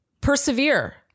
persevere